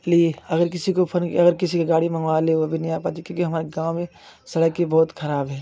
लिए अगर किसी को फोन अगर किसी की गाड़ी मंगवा ले वो भी नहीं आ पाती क्योंकि हमारे गाँव में सड़क भी बहुत खराब है